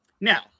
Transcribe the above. Now